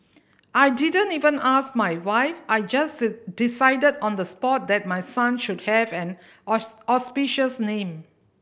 I didn't even ask my wife I just decided on the spot that my son should have an auspicious name